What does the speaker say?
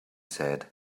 said